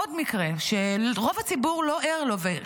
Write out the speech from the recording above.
עוד מקרה שרוב הציבור לא ער לו,